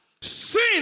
Sin